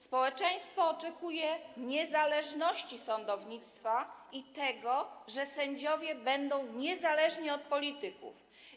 Społeczeństwo oczekuje niezależności sądownictwa i tego, że sędziowie będą niezależni od polityków.